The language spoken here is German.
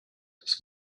das